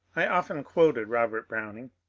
i often quoted robert browning,